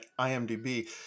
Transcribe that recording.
IMDb